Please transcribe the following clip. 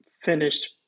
finished